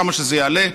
כמה שזה יעלה,